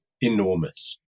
enormous